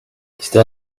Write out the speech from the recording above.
still